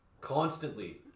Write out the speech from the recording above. constantly